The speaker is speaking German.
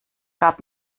gab